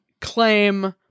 claim